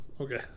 Okay